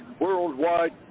Worldwide